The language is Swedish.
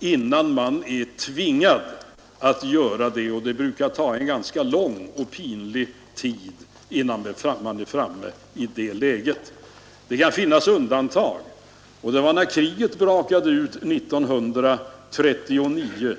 innan man är tvingad att göra det och det brukar ta en ganska lång och pinlig tid innan man kommit i det läget. Men det har funnits undantag, t.ex. när kriget bröt ut 1939.